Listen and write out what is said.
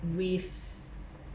with